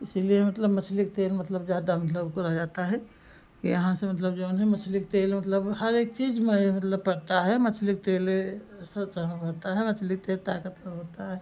इसीलिए मतलब मछली के तेल मतलब ज़्यादा मतलब ऊ करा जाता है कि यहाँ से मतलब जऊन है मछली के तेल मतलब हर एक चीज़ में यह मतलब पड़ता है मछली के तेल ए सब तरह पड़ता है मछली के तेल ताकत का होता है